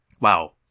Wow